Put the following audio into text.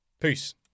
Peace